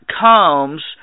comes